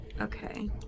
Okay